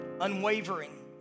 unwavering